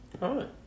Right